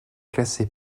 classés